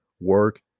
work